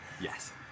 Yes